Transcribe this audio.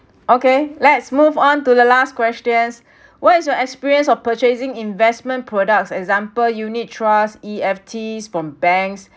okay let's move on to the last questions what is your experience of purchasing investment products example unit trust E_F_T from banks